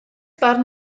barn